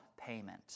payment